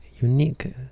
unique